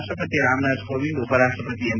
ರಾಷ್ಟಪತಿ ರಾಮನಾಥ್ ಕೋವಿಂದ್ ಉಪ ರಾಷ್ಟಪತಿ ಎಂ